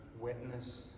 witness